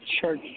Church